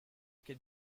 can